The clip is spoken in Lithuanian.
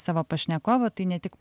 savo pašnekovo tai ne tik